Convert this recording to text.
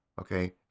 Okay